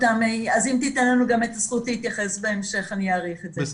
אז אם תיתן לנו גם את הזכות להתייחס בהמשך אני אעריך את זה,